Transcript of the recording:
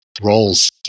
roles